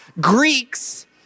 Greeks